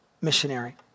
missionary